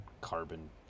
carbon